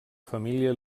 família